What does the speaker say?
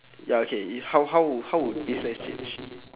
ya K how how how would how would business change